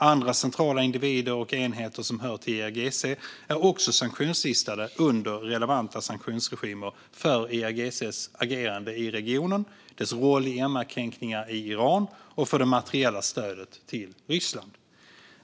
Andra centrala individer och enheter som hör till IRGC är också sanktionslistade under relevanta sanktionsregimer för IRGC:s agerande i regionen, dess roll i MR-kränkningar i Iran och det materiella stödet till Ryssland.